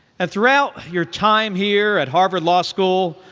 and throughout your time here at harvard law school,